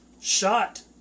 shot